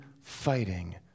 fighting